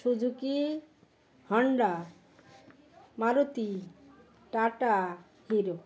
Suzuki Honda Maruti Tata hero